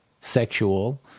sexual